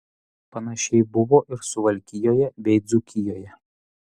panašiai buvo ir suvalkijoje bei dzūkijoje